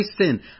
sin